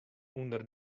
ûnder